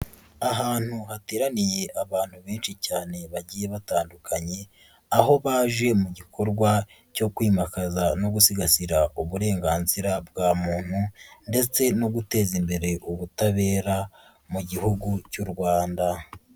Ahantu hateraniye abantu benshi cyane bagiye batandukanye aho baje mu gikorwa cyo kwimakaza no gusigasira uburenganzira bwa muntu ndetse no guteza imbere ubutabera mu gihugu cy'u Rwanda.